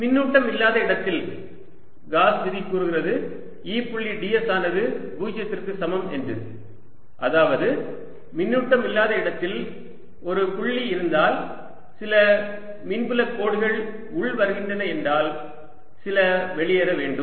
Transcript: மின்னூட்டமில்லாத இடத்தில் காஸ் விதி கூறுகிறது E புள்ளி ds ஆனது 0 க்கு சமம் என்று அதாவது மின்னூட்டமில்லாத இடத்தில் ஒரு புள்ளி இருந்தால் சில மின்புல கோடுகள் உள் வருகின்றன என்றால் சில வெளியேற வேண்டும்